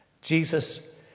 Jesus